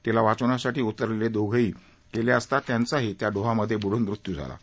तिला वाचवण्यासाठी उतरलेले दोघेही गेले असता त्यांचाही त्या डोहामध्ये बुडून मृत्यू झाला आहे